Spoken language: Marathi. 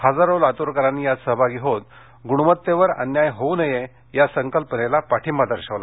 हजारो लातूरकरांनी यात सहभागी होत गुणवत्तेवर अन्याय होऊ नये या संकल्पनेला पाठिंबा दर्शवला